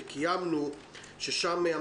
וכן,